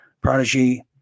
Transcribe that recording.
prodigy